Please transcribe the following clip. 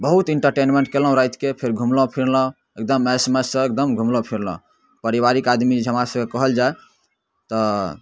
बहुत इन्टरटेनमेन्ट कयलहुँ रातिके फेर घुमलहुँ फिरलहुँ एकदम ऐश मौजसँ एकदम घुमलहुँ फिरलहुँ परिवारिक आदमी जे छै हमरा सभके कहल जे तऽ